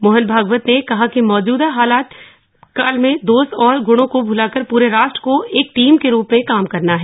मोहन भागवत ने कहा कि मौजूदा कठिन काल में दोष और गुणों को भुलाकर पुरे राष्ट्र को एक टीम के रूप में काम करना है